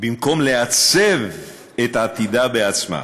במקום לעצב את עתידה בעצמה.